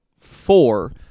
four